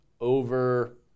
over